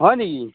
হয় নেকি